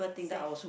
safe